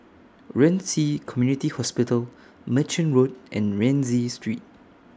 Ren Ci Community Hospital Merchant Road and Rienzi Street